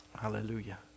Hallelujah